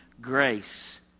grace